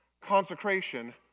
consecration